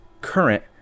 Current